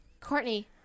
Courtney